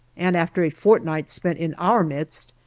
and after a fortnight spent in our midst,